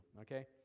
okay